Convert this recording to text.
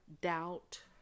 doubt